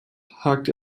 hakt